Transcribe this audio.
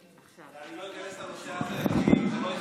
ואני לא איכנס לנושא הזה, כי זה לא יכבד,